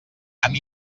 amb